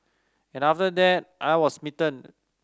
and after that I was smitten